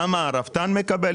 כמה הרפתן מקבל.